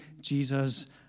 Jesus